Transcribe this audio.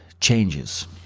changes